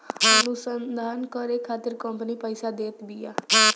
अनुसंधान करे खातिर कंपनी पईसा देत बिया